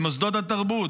במוסדות התרבות,